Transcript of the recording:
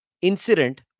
incident